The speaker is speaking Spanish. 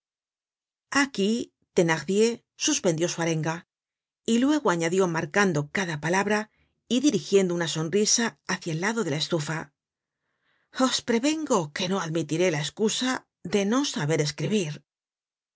aquí thenardier suspendió su arenga y luego añadió marcando cada palabra y dirigiendo una sonrisa hácia el lado de la estufa os prevengo que no admitiré la escusa de no saber escribir